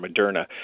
Moderna